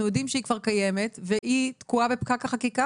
אנחנו יודעים שהיא כבר קיימת והיא תקועה בפקק החקיקה,